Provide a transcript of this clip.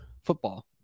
football